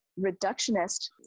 reductionist